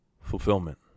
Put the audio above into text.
Fulfillment